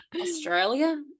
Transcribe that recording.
australia